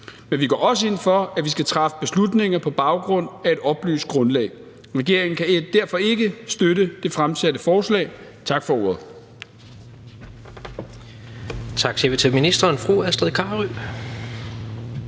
Men vi går også ind for, at vi skal træffe beslutninger på et oplyst grundlag. Regeringen kan derfor ikke støtte det fremsatte forslag. Tak for ordet.